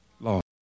Lord